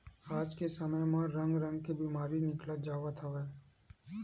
आज के समे म रंग रंग के बेमारी निकलत जावत हवय